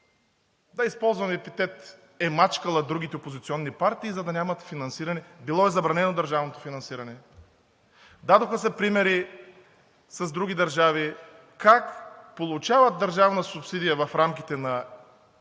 как управляваща партия „е мачкала“ другите опозиционни партии, за да нямат финансиране. Било е забранено държавното финансиране. Дадоха се примери с други държави как получават държавна субсидия в рамките на едно